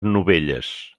novelles